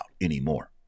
anymore